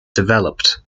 developed